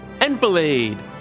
Enfilade